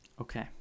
okay